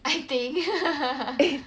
I think